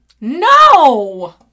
No